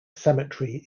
cemetery